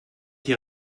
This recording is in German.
hier